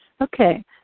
Okay